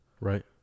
Right